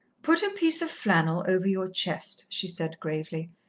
put a piece of flannel over your chest, she said gravely,